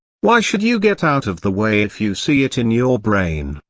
why should you get out of the way if you see it in your brain?